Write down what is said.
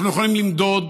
אנחנו יכולים למדוד,